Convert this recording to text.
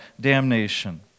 damnation